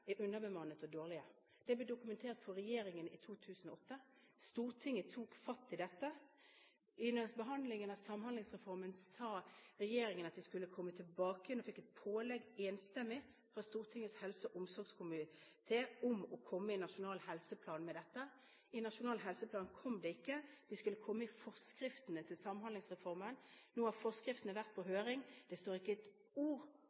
er underbemannet og dårlig. Det ble dokumentert for regjeringen i 2008. Stortinget tok fatt i dette. Under behandlingen av Samhandlingsreformen sa regjeringen at den skulle komme tilbake igjen og fikk et enstemmig pålegg fra Stortingets helse- og omsorgskomité om å komme med dette i Nasjonal helseplan. I Nasjonal helseplan kom det ikke. Det skulle komme i forskriften til Samhandlingsreformen. Nå har forskriften vært på høring – det står ikke et ord